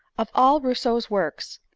of all rousseau's works,